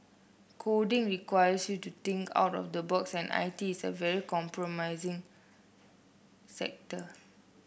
coding requires you to think out of the box and I T is a very compromising sector